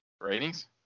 Ratings